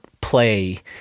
play